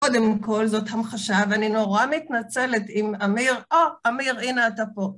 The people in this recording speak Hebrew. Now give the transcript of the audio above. קודם כל, זאת המחשה, ואני נורא מתנצלת עם אמיר. אה, אמיר, הנה אתה פה.